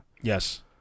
Yes